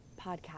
podcast